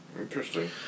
Interesting